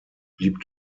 blieb